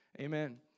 amen